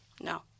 No